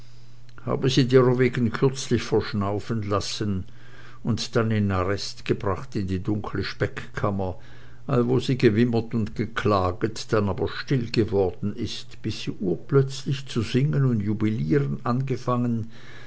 habe sie derowegen kürzlich verschnauffen lassen und dann in arrest gebracht in die dunkle speckkammer allwo sie gewimmert und geklaget dann aber still geworden ist bis sie urplötzlich zu singen und jubiliren angefangen